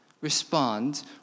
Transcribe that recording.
respond